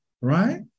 right